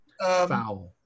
Foul